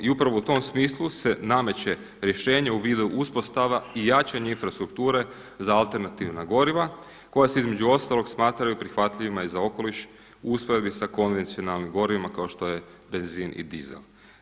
I upravo u tom smislu se nameće rješenje u vidu uspostava i jačanja infrastrukture za alternativna goriva koja se između ostalog smatraju prihvatljivima i za okoliš u usporedbi za konvencionalnim gorivima kao što je benzin i dizel.